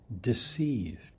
deceived